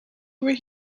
over